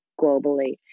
globally